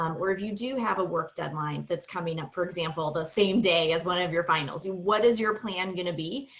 um or if you do have a work deadline that's coming up, for example, the same day as one of your finals, what is your plan gonna be?